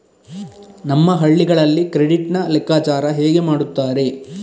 ನಮ್ಮ ಹಳ್ಳಿಗಳಲ್ಲಿ ಕ್ರೆಡಿಟ್ ನ ಲೆಕ್ಕಾಚಾರ ಹೇಗೆ ಮಾಡುತ್ತಾರೆ?